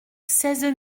seize